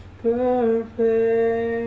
perfect